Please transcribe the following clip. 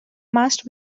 must